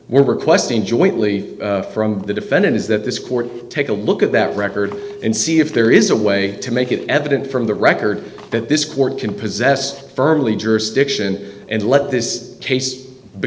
we're requesting jointly from the defendant is that this court take a look at that record and see if there is a way to make it evident from the record that this court can possess firmly jurisdiction and let this